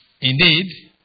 Indeed